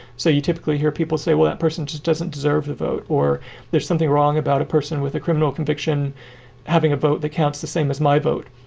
so you typically hear people say, well, that person just doesn't deserve the vote or there's something wrong about a person with a criminal conviction having a vote that counts the same as my vote.